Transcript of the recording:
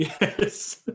Yes